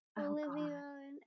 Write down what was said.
Olivia